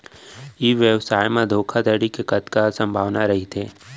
ई व्यवसाय म धोका धड़ी के कतका संभावना रहिथे?